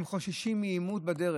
הם חוששים מעימות בדרך.